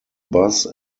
bus